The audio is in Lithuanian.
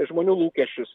žmonių lūkesčius